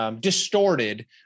Distorted